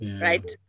right